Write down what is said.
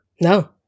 No